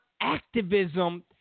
activism